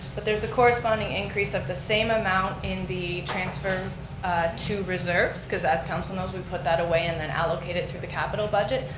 but there's a corresponding increase of the same amount in the transfer to reserves cause as council knows, we put that away and then allocate it through the capital budget.